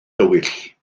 dywyll